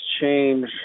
change